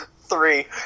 Three